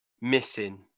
missing